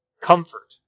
comfort